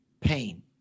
pain